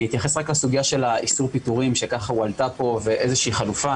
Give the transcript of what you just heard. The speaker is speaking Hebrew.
אני אתייחס לסוגיה של איסור פיטורים שהועלתה פה ואיזו שהיא חלופה